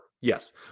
Yes